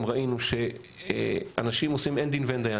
ראינו שאנשים עושים אין דין ואין דיין.